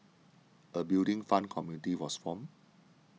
a Building Fund committee was formed